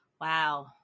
Wow